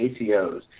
ACOs